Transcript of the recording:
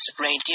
radio